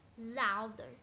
louder